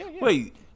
Wait